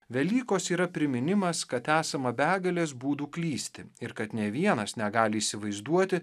velykos yra priminimas kad esama begalės būdų klysti ir kad nė vienas negali įsivaizduoti